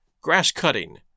grass-cutting